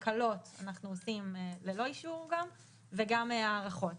הקלות אנחנו עושים ללא אישור וגם הארכות,